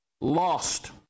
lost